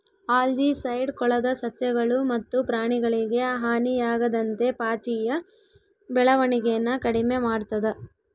algicide ಕೊಳದ ಸಸ್ಯಗಳು ಮತ್ತು ಪ್ರಾಣಿಗಳಿಗೆ ಹಾನಿಯಾಗದಂತೆ ಪಾಚಿಯ ಬೆಳವಣಿಗೆನ ಕಡಿಮೆ ಮಾಡ್ತದ